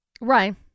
Right